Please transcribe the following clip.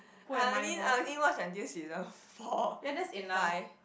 I only I only watch until season four five